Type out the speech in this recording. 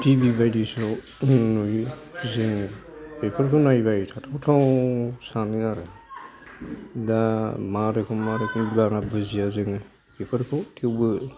TV बायदिसिना आव नुयो जोंङो बेफोरखौ नायबाय थाथाव थाव सानो आरो दा मा रोखोम मा रोखोम बुजिया जोंङो बेफोरखौ थेवबो